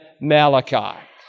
Malachi